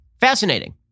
Fascinating